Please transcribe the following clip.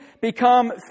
become